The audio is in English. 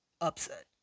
upset